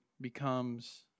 becomes